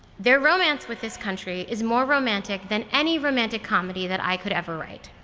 their romance with this country is more romantic than any romantic comedy that i could ever write.